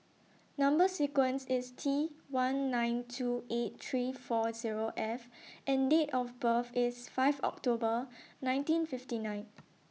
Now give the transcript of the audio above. Number sequence IS T one nine two eight three four Zero F and Date of birth IS five October nineteen fifty nine